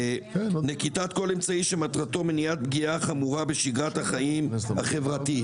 נקיטת כל אמצעי שמטרתו מניעת פגיעה חמורה בשגרת החיים החברתית.